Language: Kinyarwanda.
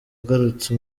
agarutse